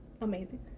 amazing